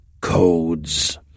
codes